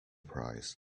prize